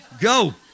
Go